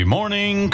Morning